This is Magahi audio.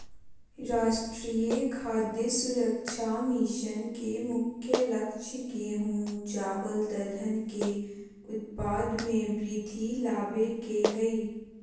राष्ट्रीय खाद्य सुरक्षा मिशन के मुख्य लक्ष्य गेंहू, चावल दलहन के उत्पाद में वृद्धि लाबे के हइ